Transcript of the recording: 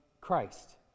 Christ